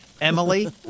Emily